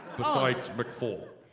besides mcfaul?